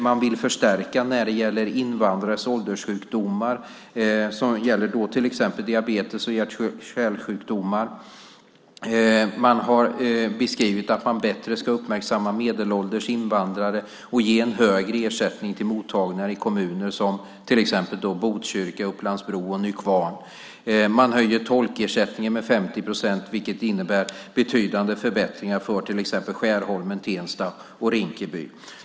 Man vill förstärka när det gäller invandrares ålderssjukdomar. Det gäller till exempel diabetes och hjärt och kärlsjukdomar. Man har beskrivit att man bättre ska uppmärksamma medelålders invandrare och ge en högre ersättning till mottagningar i kommuner som Botkyrka, Upplands-Bro och Nykvarn. Man höjer tolkersättningen med 50 procent, vilket innebär betydande förbättringar för till exempel Skärholmen, Tensta och Rinkeby.